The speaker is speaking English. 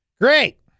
Great